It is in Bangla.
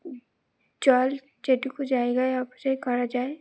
জল যেটুকু জায়গায় অপচয় করা যায়